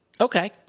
Okay